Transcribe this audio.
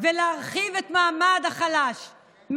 ולהרחיב את המעמד החלש.